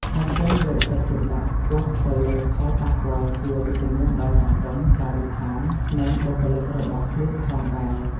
ថែមទាំងយកចិត្តទុកដាក់ខ្ពស់ទៅលើផលប៉ះពាល់ជាវិជ្ជមានដល់សង្គម បរិស្ថាន និងបុគ្គលិករបស់ខ្លួនផងដែរ ។